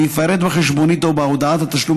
הוא יפרט בחשבונית או בהודעת התשלום